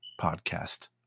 podcast